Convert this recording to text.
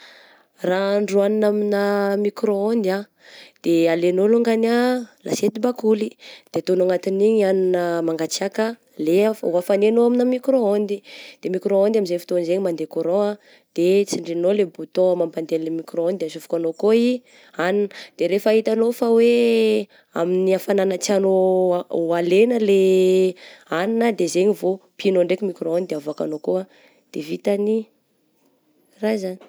Raha ahandro hanina amigna micro-onde ah, de alainao longany ah lasety bakoly de ataonao anatin'iny hanina mangatsiaka le af-ho afanainao amigna micro-onde, de micro-onde amin'izay fotoana izay mandeha courant ah de tsindrinao le boutton mampandeha anle micro onde de asofokanao koa i hanina, de rehefa hitanao fa hoe amin'ny hafagnana tianao ho alaigna le hanina de zay igny vô pihinao ndraiky micro-onde de avoakanao koa de vita ny raha zagny.